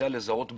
יודע לזהות ברגע,